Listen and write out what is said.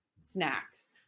snacks